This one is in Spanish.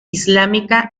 islámica